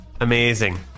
Amazing